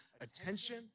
attention